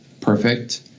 perfect